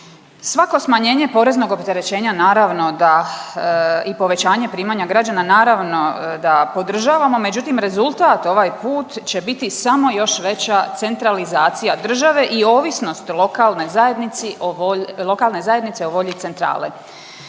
Svako smanjenje poreznog opterećenja naravno da i povećanja primanja građana, naravno da podržavamo, međutim rezultat ovaj put će biti samo još veća centralizacija države i ovisnost lokalne zajednici, lokalne